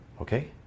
Okay